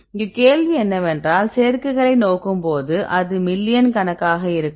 இங்கு கேள்வி என்னவென்றால் சேர்க்கைகளை நோக்கும் போது அது மில்லியன் கணக்காக இருக்கும்